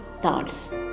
thoughts